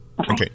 Okay